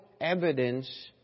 evidence